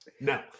no